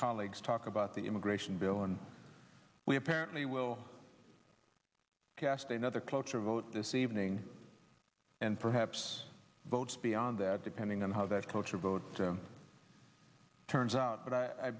colleagues talk about the immigration bill and we apparently will cast a another cloture vote this evening and perhaps votes beyond that depending on how that cloture vote turns out but i